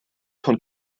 von